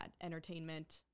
entertainment